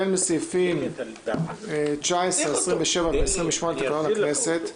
בהתאם לסעיפים 19, 27 ו-28 לתקנון הכנסת,